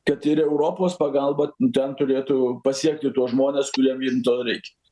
tad ir europos pagalba ten turėtų pasiekti tuos žmones kuriem jiem to reikia